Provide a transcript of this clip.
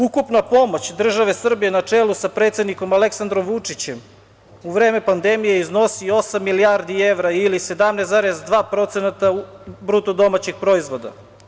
Ukupna pomoć države Srbije na čelu sa predsednikom Aleksandrom Vučićem u vreme pandemije iznosi 8 milijardi evra ili 17,2% BDP.